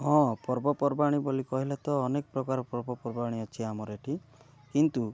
ହଁ ପର୍ବପର୍ବାଣୀ ବୋଲି କହିଲେ ତ ଅନେକ ପ୍ରକାର ପର୍ବପର୍ବାଣୀ ଅଛି ଆମର ଏଠି କିନ୍ତୁ